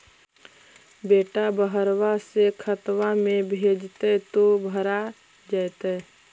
बेटा बहरबा से खतबा में भेजते तो भरा जैतय?